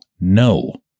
no